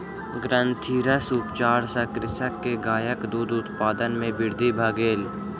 ग्रंथिरस उपचार सॅ कृषक के गायक दूध उत्पादन मे वृद्धि भेल